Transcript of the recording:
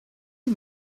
you